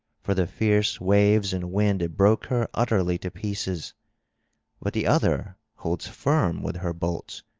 for the fierce waves and wind broke her utterly to pieces but the other holds firm with her bolts,